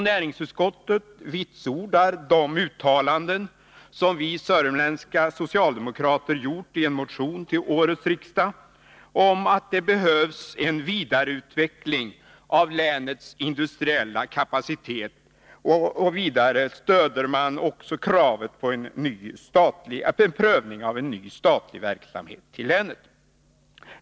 Näringsutskottet vitsordar de uttalanden som vi sörmländska socialdemokrater gjort i en motion till årets riksmöte om att det behövs en vidareutveckling av länets industriella kapacitet. Vidare stöds kravet på prövning av ny statlig verksamhet till länet.